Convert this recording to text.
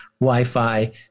Wi-Fi